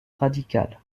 radical